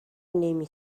نمی